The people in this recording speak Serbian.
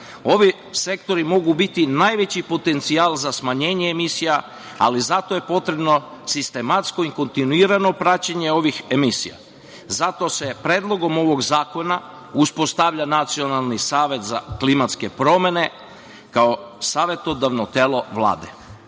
ovi sektori mogu biti najveći potencijal za smanjenje emisija, ali zato je potrebno sistematsko i kontinuirano praćenje ovih emisija. Zato se Predlogom ovog zakona uspostavlja nacionalni savet za klimatske promene kao savetodavno telo Vlade. Savet